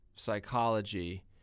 psychology